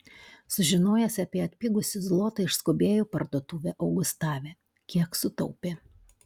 sužinojęs apie atpigusį zlotą išskubėjo į parduotuvę augustave kiek sutaupė